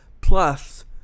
Plus